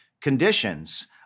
conditions